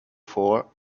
for